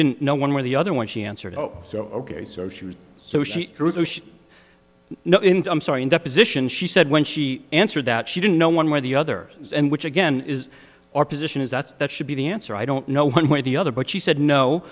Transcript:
didn't know one way or the other when she answered oh so ok so she was so she know in the i'm sorry in deposition she said when she answered that she didn't know one way or the other and which again is our position is that that should be the answer i don't know one way or the other but she said no